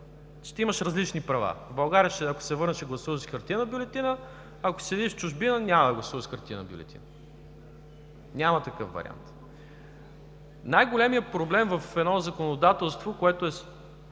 ще имаш различни права; ако се върнеш в България, ще гласуваш с хартиена бюлетина, ако седиш в чужбина – няма да гласуваш с хартиена бюлетина. Няма такъв вариант. Най-големият проблем в едно законодателство, което е